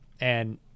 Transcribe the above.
and-